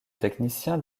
techniciens